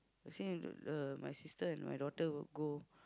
you say uh my sister and my daughter will go